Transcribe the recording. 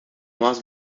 más